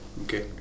Okay